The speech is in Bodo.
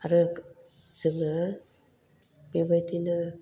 आरो जोङो बेबायदिनो